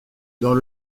dans